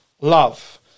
love